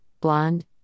blonde